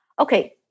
okay